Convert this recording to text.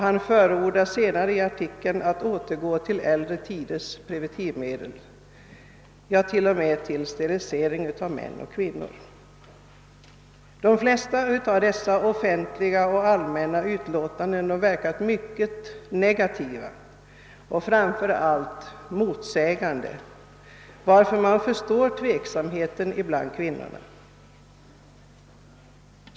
Han förordar längre fram i sin artikel återgång till äldre tiders preventivmedel, ja t.o.m. till sterilisering av män och kvinnor. De flesta av dessa officiella och offentliga utlåtanden har varit mycket negativa och framför allt motsägande. Man kan därför förstå tveksamheten bland kvinnorna.